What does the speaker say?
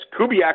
Kubiak